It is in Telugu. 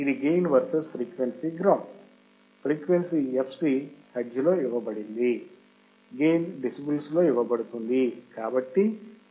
ఇది gain versus frequency graph frequency fc హెర్ట్జ్లో ఇవ్వబడింది గెయిన్ డెసిబెల్స్ లో ఇవ్వబడుతుంది